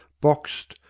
boxed,